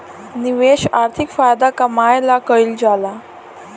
निवेश आर्थिक फायदा कमाए ला कइल जाला